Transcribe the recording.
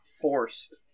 forced